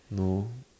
no